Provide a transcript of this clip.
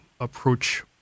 approach